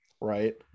right